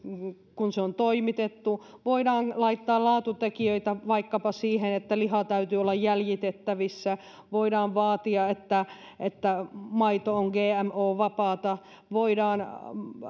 kun se on toimitettu voidaan laittaa laatutekijöitä vaikkapa siihen että liha täytyy olla jäljitettävissä voidaan vaatia että että maito on gmo vapaata voidaan